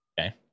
okay